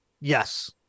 yes